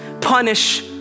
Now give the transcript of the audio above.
punish